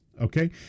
okay